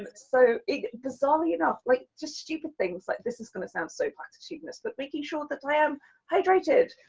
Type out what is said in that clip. but so bizarrely enough, like just stupid things like this is gonna sound so platitudinous, but making sure that i am hydrated,